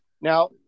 Now